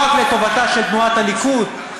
לא רק לטובתה של תנועת הליכוד,